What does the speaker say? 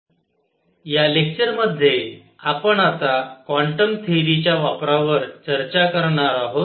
Bohr's model of hydrogen spectrum या lecture मध्ये आपण आता क्वांटम थेअरीच्या वापरावर चर्चा करणार आहोत